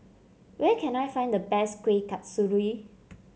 where can I find the best Kueh Kasturi